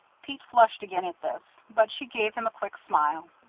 pete flushed again at this, but she gave him a quick smile.